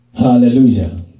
Hallelujah